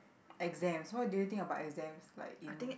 exams what do you think about exams like in